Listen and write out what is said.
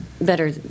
better